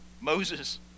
Moses